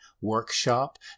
workshop